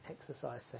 exercise